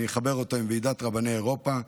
אני אחבר אותו עם ועידת רבני אירופה,